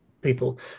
people